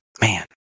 Man